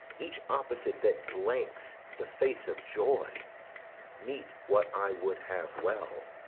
each opposite that blanks the face of joy meet what i would have well,